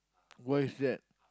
what is that